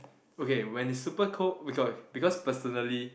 okay when it's super cold beca~ because personally